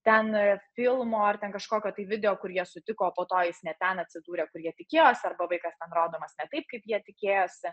ten filmo ar ten kažkokio tai video kur jie sutiko o po to jis ne ten atsidūrė kur jie tikėjosi arba vaikas ten rodomas ne taip kaip jie tikėjosi